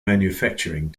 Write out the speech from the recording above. manufacturing